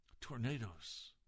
tornadoes